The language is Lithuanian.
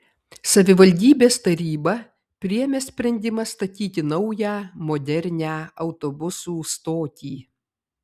savivaldybės taryba priėmė sprendimą statyti naują modernią autobusų stotį